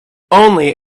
only